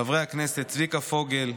חברי הכנסת צביקה פוגל,